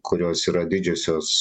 kurios yra didžiosios